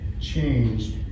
changed